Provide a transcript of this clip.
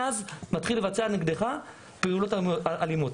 מאז מתחיל לבצע נגדך פעולות אלימות.